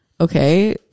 Okay